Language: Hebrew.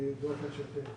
באופן שוטף.